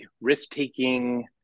risk-taking